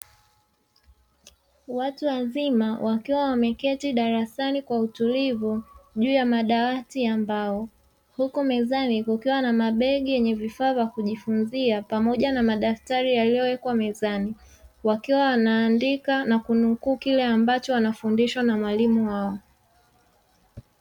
Watu wazima wakiwa wameketi darasani kwa utulivu juu ya madawati ya mbao; huku mezani kukiwa na mabegi yenye vifaa vya kujifunzia pamoja na madaftari yaliyowekwa mezani, wakiwa wanaandika na kunukuu kile ambacho wanafundishwa na mwalimu wao.